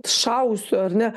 šausiu ar ne